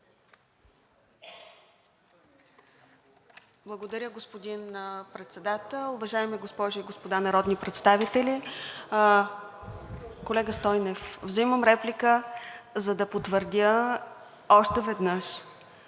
Благодаря, господин Председател. Уважаеми госпожи и господа народни представители! Колега Стойнев, взимам реплика, за да потвърдя още веднъж,